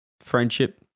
friendship